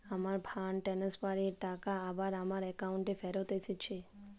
আমার fund transfer এর টাকা আবার আমার একাউন্টে ফেরত এসেছে